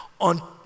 on